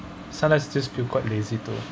sometimes just feel quite lazy to